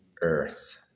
earth